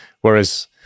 Whereas